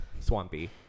Swampy